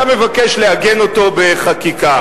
אתה מבקש לעגן אותו בחקיקה.